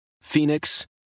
Phoenix